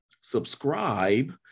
subscribe